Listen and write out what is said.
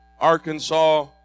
Arkansas